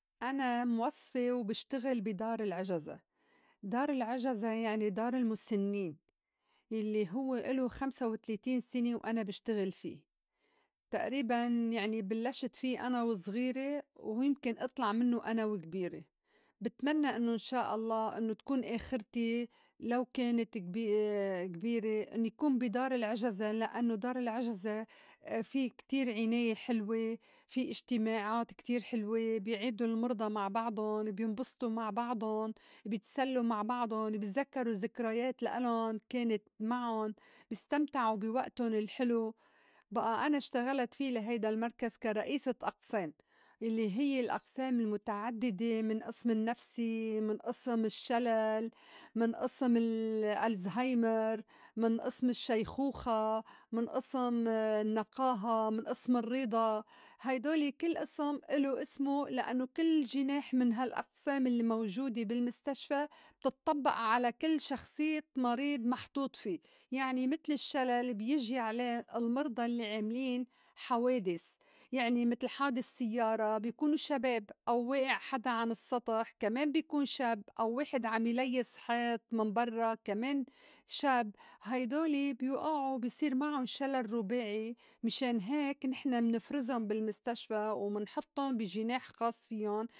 أنا موظْفة وبشتغل بي دار العِجزة ، دار العِجزة يعني دار المُسنّين يلّي هوّ إلو خمسة وتلاتين سنة وأنا بشتغل فيه تئريباً يعني بلّشت فيه أنا وزغيرة ويمكن إطلع منّو أنا وكبيرة، بتمنّى إنّو إن شاء الله إنّو تكون آخرتي لو كانت كبي- كبيرة إنّي كون بي دار العجزة، لإنّو دار العجزة في كتير عِناية حلوة، في إجتماعات كتير حلوة، بيعِدو المرضى مع بعضُن بينبسطو مع بعضُن، بيتسلّو مع بعضُن، بيتزكّرو زكريات لإلُن كانت معن، استمتعو بي وئتُن الحلو. بئا أنا اشتغلت في لهيدا المركز كرئيسة أقسام الّي هي الأقسام المُتعدّدة من ئسم النّفسي، من ئسم الشّلل، من ئسم ال- الزْهايمر، من ئسم الشّيخوخة، من ئسم النّقاهة، من ئسم الرِّضا، هيدول كل ئسم إلو إسمو لأنّو كل جِناح من هالأقسام الّي موجودة بالمستشفى بتطبئ على كل شخصيّة مريض محطوط في، يعني متل الشّلل بيجي عليه المِرضى الّي عاملين حوادس يعني متل حادس سيّارة بيكونو شباب، أو وِائع حدا عن السّطح كمان بيكون شب، أو واحد عم يليّس حيط من برّا كمان شب هيدول بيوئعو بصير معُن شلل رُباعي. مشان هيك نحن منفرِزُن بالمستشفى ومنحطّن بي جِناح خاص فيُّن.